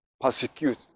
persecute